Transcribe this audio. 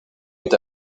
est